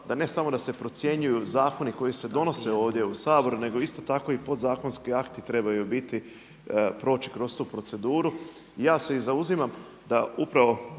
da ne samo da se procjenjuju zakoni koji se donose ovdje u Saboru, nego isto tako i podzakonski akti trebaju biti, proći kroz tu proceduru. Ja se i zauzimam da upravo